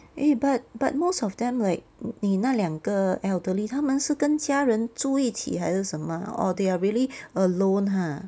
eh but but most of them like 你那两个 elderly 他们是跟家人住一起还是什么 !huh! they are really alone !huh!